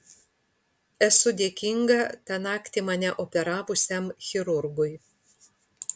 esu dėkinga tą naktį mane operavusiam chirurgui